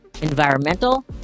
environmental